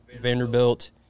Vanderbilt